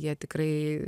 jie tikrai